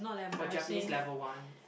for Japanese level one